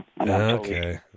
Okay